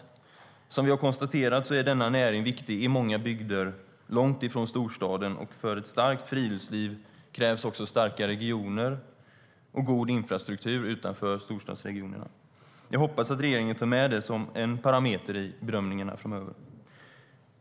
Svar på interpellationer Som vi har konstaterat är denna näring viktig i många bygder långt ifrån storstaden. Och för ett starkt friluftsliv krävs också starka regioner och god infrastruktur utanför storstadsregionerna. Jag hoppas att regeringen tar med det som en parameter i bedömningarna framöver.